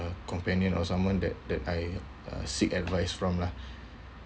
companion or someone that that I uh seek advice from lah